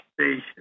station